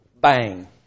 bang